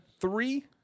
three